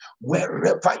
wherever